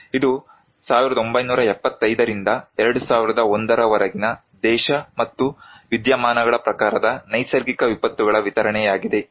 ಇದು 1975 ರಿಂದ 2001 ರವರೆಗಿನ ದೇಶ ಮತ್ತು ವಿದ್ಯಮಾನಗಳ ಪ್ರಕಾರದ ನೈಸರ್ಗಿಕ ವಿಪತ್ತುಗಳ ವಿತರಣೆಯಾಗಿದೆ